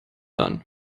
done